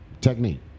technique